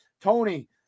Tony